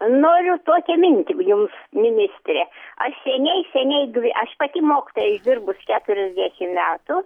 noriu tokią mintį jums ministre aš seniai seniai dvi aš pati mokytoja išdirbus keturiasdešim metų